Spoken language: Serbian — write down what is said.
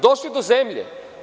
Došli do zemlje?